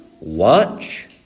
watch